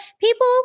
people